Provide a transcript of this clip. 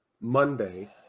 Monday